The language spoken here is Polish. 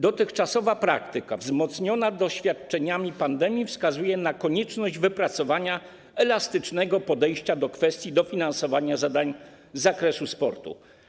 Dotychczasowa praktyka wzmocniona doświadczeniami pandemii wskazuje na konieczność wypracowania elastycznego podejścia do kwestii dofinansowania zadań z zakresu sportu.